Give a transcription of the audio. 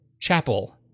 Chapel